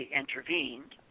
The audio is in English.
intervened